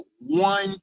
one